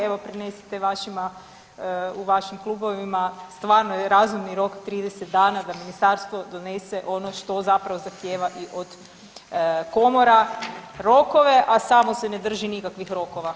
Evo, prenesite vašima u vašim klubovima, stvarno je razumni rok 30 dana da Ministarstvo ono što zapravo zahtijeva i od komora rokove, a samo se ne drži nikakvih rokova.